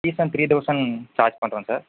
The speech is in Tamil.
ஃபீஸ் தான் த்ரீ தௌசண்ட் சார்ஜ் பண்றோங்க சார்